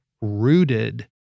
rooted